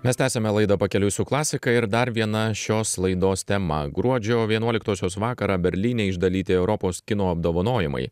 mes tęsiame laidą pakeliui su klasika ir dar viena šios laidos tema gruodžio vienuoliktosios vakarą berlyne išdalyti europos kino apdovanojimai